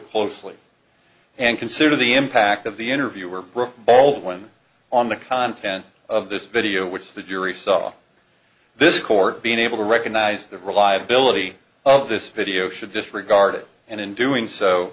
closely and consider the impact of the interviewer brooke baldwin on the content of this video which the jury saw this court being able to recognize the reliability of this video should disregard it and in doing so